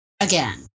again